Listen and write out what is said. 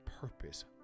purpose